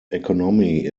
economy